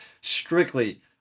strictly